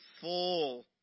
full